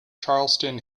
charleston